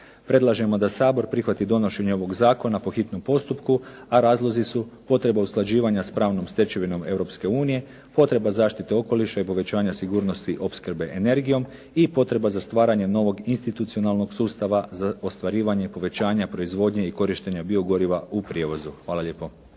Predlažemo da Sabor prihvati donošenje ovog zakona po hitnom postupku, a razlozi su potreba usklađivanja s pravnom stečevinom Europske unije, potreba zaštite okoliša i povećanja sigurnosti opskrbe energijom i potreba za stvaranje novog institucionalnog sustava za ostvarivanje povećanja proizvodnje i korištenja biogoriva u prijevozu. Hvala lijepo.